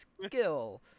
skill